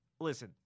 listen